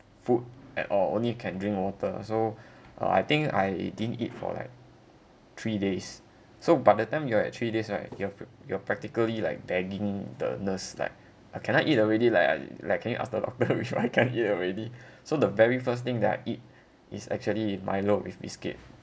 food at all only can drink water so uh I think I didn't eat for like three days so by the time you are at three days right you're pr~ you're practically like begging the nurse like ah can I eat already like like can you ask the doctor if I can eat already so the very first thing that I eat is actually milo with biscuit